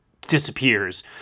disappears